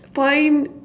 point